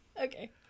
Okay